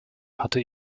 hatte